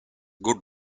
good